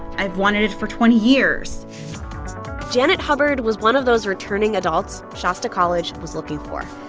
i've wanted it for twenty years janet hubbard was one of those returning adults shasta college was looking for.